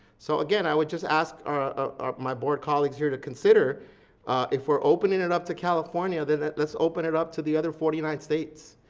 so again, i would just ask ah my board colleagues here to consider if we're opening it up to california, then let's open it up to the other forty nine states,